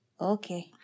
Okay